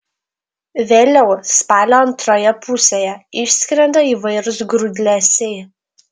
vėliau spalio antroje pusėje išskrenda įvairūs grūdlesiai